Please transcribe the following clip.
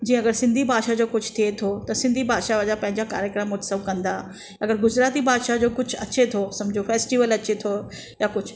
जीअं अगरि सिंधी भाषा जो कुझु थिए थो त सिंधी भाषा जा पंहिंजा कार्यक्रम उत्सव कंदा अगरि गुजराती भाषा जो कुझु अचे थो समुझो फेस्टिवल अचे थो या कुझु